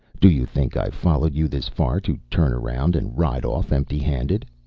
do you think i've followed you this far, to turn around and ride off empty-handed?